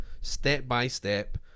step-by-step